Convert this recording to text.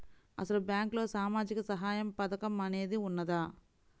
అసలు బ్యాంక్లో సామాజిక సహాయం పథకం అనేది వున్నదా?